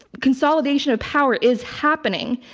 consolidation of power is happening.